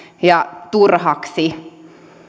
ja turhaksi